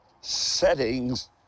settings